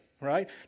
right